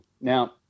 Now